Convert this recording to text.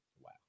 Wow